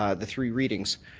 ah the three readings.